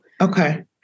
Okay